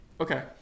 Okay